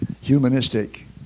humanistic